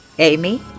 Amy